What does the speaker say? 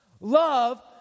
Love